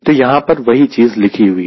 तो यहां पर वही चीज़ लिखी हुई है